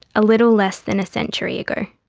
a little less than a century ago.